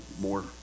more